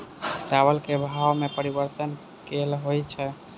चावल केँ भाव मे परिवर्तन केल होइ छै?